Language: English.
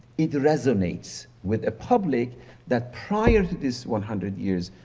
it resonates with a public that prior to this one hundred years,